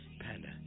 Panda